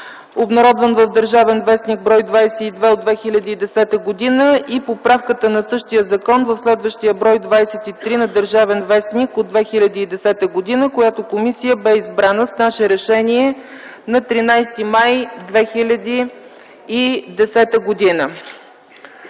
обнародван в „Държавен вестник”, бр. 22 от 2010 г., и поправката на същия закон в следващия бр. 23 на „Държавен вестник” от 2010 г., която комисия бе избрана с наше решение на 13 май 2010 г.